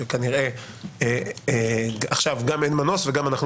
שכנראה עכשיו גם אין מנוס וגם אנחנו